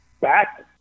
back